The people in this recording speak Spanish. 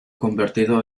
convertido